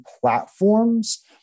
platforms